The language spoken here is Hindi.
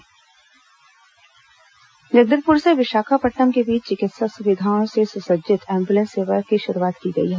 एंबुलेंस सेवा शुभारंभ जगदलपुर से विशाखापट्नम के बीच चिकित्सा सुविधाओं से सुसज्जित एंबुलेंस सेवा की शुरूआत की गई है